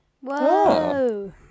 Whoa